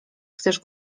chcesz